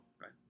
right